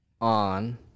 on